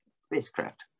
spacecraft